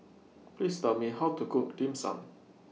Please Tell Me How to Cook Dim Sum